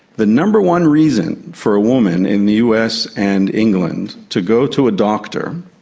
the number one reason for a woman in the us and england to go to a doctor,